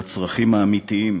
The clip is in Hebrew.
של הצרכים האמיתיים